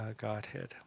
Godhead